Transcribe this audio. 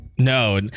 No